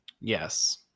Yes